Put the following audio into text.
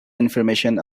information